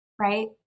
right